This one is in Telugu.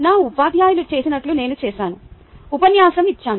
నా ఉపాధ్యాయులు చేసినట్లు నేను చేశాను ఉపన్యాసం ఇచ్చాను